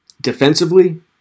Defensively